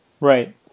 Right